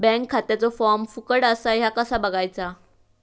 Bank खात्याचो form फुकट असा ह्या कसा बगायचा?